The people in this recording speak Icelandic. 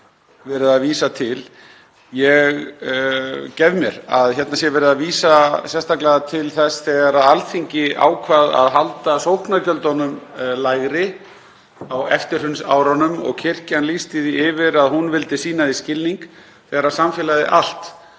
verið er að vísa til. Ég gef mér að hérna sé verið að vísa sérstaklega til þess þegar Alþingi ákvað að halda sóknargjöldunum lægri á eftirhrunsárunum og kirkjan lýsti því yfir að hún vildi sýna því skilning þegar samfélagið allt